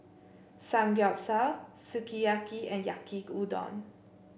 Samgeyopsal Sukiyaki and Yaki Udon